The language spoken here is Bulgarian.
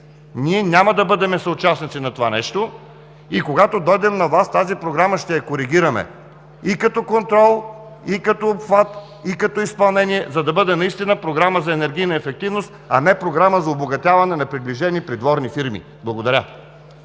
Ние няма да бъдем съучастници на това нещо и когато дойдем на власт тази Програма ще я коригираме – и като контрол, и като обхват, и като изпълнение, за да бъде наистина Програма за енергийна ефективност, а не Програма за обогатяване на приближени придворни фирми. Благодаря.